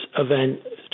event